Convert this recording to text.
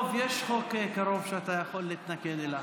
טוב, יש חוק קרוב שאתה יכול להתנגד לו.